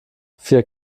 vier